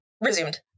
Resumed